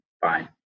fine